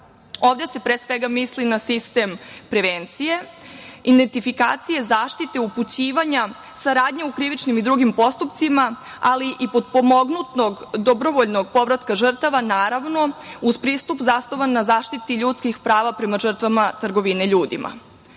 Ovde se pre svega misli na sistem prevencije, identifikacije zaštite, upućivanja saradnje u krivičnim i drugim postupcima, ali i potpomognutog dobrovoljnog povratka žrtava naravno, uz pristup zasnovan na zaštiti ljudskih prava prema žrtvama trgovine ljudima. Dobri